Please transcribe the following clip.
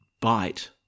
bite